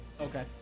Okay